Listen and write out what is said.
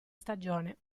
stagione